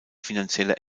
finanzielle